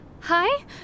hi